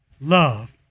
love